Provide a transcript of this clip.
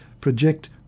project